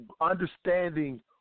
understanding